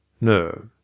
No